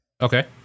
Okay